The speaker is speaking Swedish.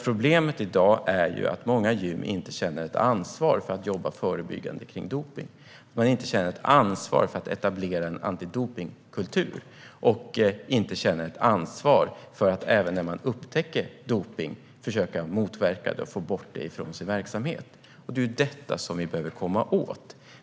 Problemet i dag är ju att många gym inte känner något ansvar för att jobba för att förebygga dopning, för att etablera en antidopningskultur och för att, om man upptäcker dopning, försöka att motverka det och få bort det från sin verksamhet. Det är ju detta som vi behöver komma åt.